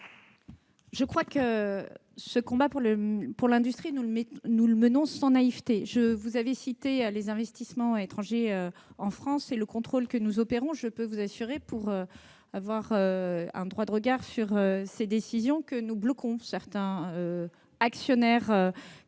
d'État. Ce combat pour l'industrie, nous le menons, me semble-t-il, sans naïveté. Vous avez cité les investissements étrangers en France et le contrôle que nous opérons : je puis vous assurer, pour avoir un droit de regard sur de telles décisions, que nous bloquons certains actionnaires.